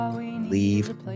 leave